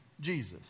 Jesus